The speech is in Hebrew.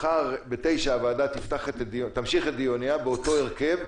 מחר בתשע הוועדה תמשיך את דיוניה באותו הרכב,